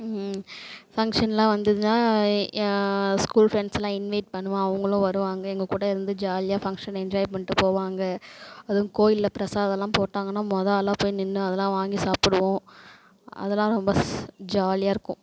function எல்லாம் வந்ததுன்னா ஏ ஸ்கூல் ஃப்ரெண்ட்ஸ் எல்லாம் இன்வைட் பண்ணுவேன் அவங்களும் வருவாங்க எங்கள் கூட இருந்து ஜாலியாக ஃபங்ஷனை என்ஜாய் பண்ணிவிட்டு போவாங்க அதுவும் கோயிலில் பிரசாதெல்லாம் போட்டாங்கன்னா முதோ ஆளாக போய் நின்று அதெல்லாம் வாங்கி சாப்பிடுவோம் அதெல்லாம் ரொம்ப ஸ் ஜாலியாக இருக்கும்